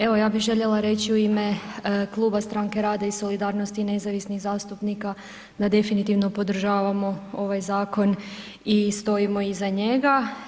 Evo, ja bi željela reći u ime Kluba Stranke rada i solidarnosti i nezavisnih zastupnika da definitivno podržavamo ovaj zakon i stojimo iza njega.